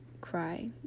cry